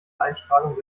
einstrahlung